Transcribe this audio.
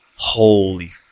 Holy